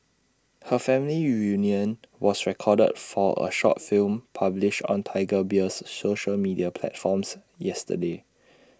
her family reunion was recorded for A short film published on Tiger Beer's social media platforms yesterday